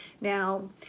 Now